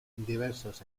diversos